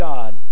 God